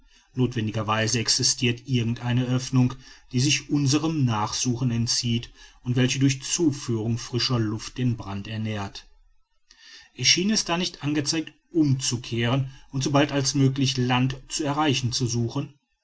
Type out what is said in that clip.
existirt irgend eine oeffnung die sich unserem nachsuchen entzieht und welche durch zuführung frischer luft den brand ernährt erschiene es da nicht angezeigt umzukehren und sobald als möglich land zu erreichen zu suchen